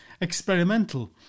experimental